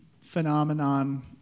phenomenon